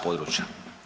područja.